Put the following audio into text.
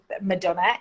Madonna